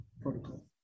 protocol